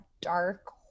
dark